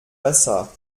besser